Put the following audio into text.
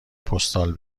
پستال